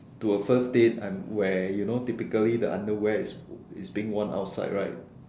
to a first date I where you know typically the underwear is is being worn outside right